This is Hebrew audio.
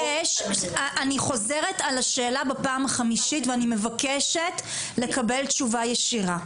--- אני חוזרת על השאלה בפעם החמישית ואני מבקשת לקבל תשובה ישירה,